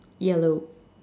yellow